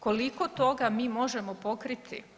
Koliko toga mi možemo pokriti?